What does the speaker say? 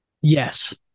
yes